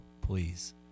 please